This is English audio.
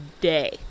day